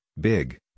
big